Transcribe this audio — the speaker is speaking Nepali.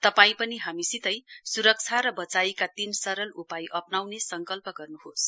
तपाईं पनि हामीसितै स्रक्षा र बचाईका तीन सरल उपाय अप्नाउने संकल्प गर्न्होस